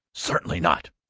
certainly not!